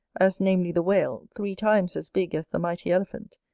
as namely the whale, three times as big as the mighty elephant,